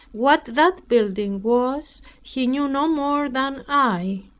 what that building was he knew no more than i.